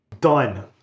Done